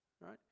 right